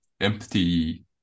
empty